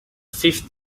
fifth